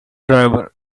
driver